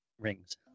rings